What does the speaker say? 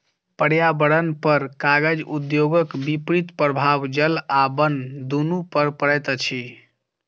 पर्यावरणपर कागज उद्योगक विपरीत प्रभाव जल आ बन दुनू पर पड़ैत अछि